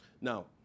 Now